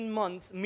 months